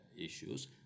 issues